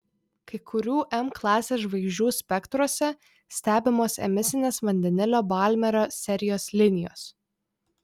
kai kurių m klasės žvaigždžių spektruose stebimos emisinės vandenilio balmerio serijos linijos